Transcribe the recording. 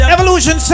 Evolution